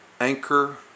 Anchor